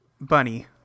Bunny